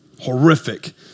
horrific